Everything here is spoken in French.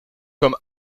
comme